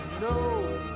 no